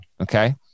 Okay